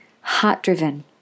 heart-driven